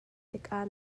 tikah